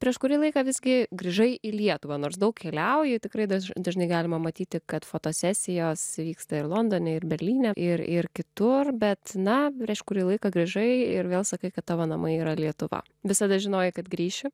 prieš kurį laiką visgi grįžai į lietuvą nors daug keliauji tikrai daž dažnai galima matyti kad fotosesijos vyksta ir londone ir berlyne ir ir kitur bet na prieš kurį laiką grįžai ir vėl sakai kad tavo namai yra lietuva visada žinojai kad grįši